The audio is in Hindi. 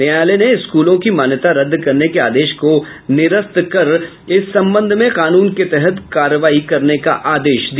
न्यायालय ने स्कूलों की मान्यता रद्द करने के आदेश को निरस्त कर के इस संबंध में कानून के तहत कार्रवाई करने का आदेश दिया